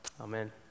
Amen